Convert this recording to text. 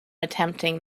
attempting